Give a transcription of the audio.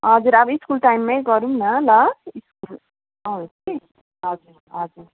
हजुर अब स्कुल टाइमै गरौँ न ल स्कुल आउनुहोस् कि हजुर हजुर